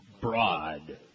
broad